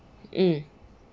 mm